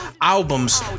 albums